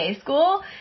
school